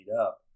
up